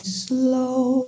slow